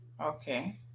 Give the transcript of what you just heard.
okay